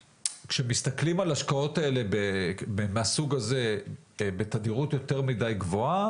כשמסתכלים על השקעות מהסוג הזה בתדירות יותר מדי גבוהה,